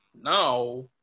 now